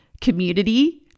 community